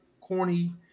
corny